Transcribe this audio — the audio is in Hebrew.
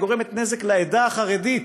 היא גורמת נזק לעדה החרדית.